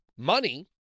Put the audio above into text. Money